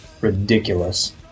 ridiculous